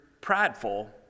prideful